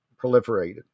proliferated